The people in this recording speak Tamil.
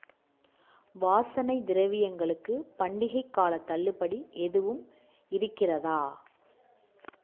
வாசனைத் திரவியங்களுக்குப் பண்டிகைக் காலத் தள்ளுபடி எதுவும் இருக்கிறதா